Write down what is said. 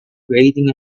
creating